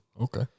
Okay